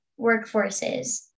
workforces